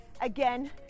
again